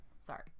Sorry